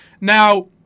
Now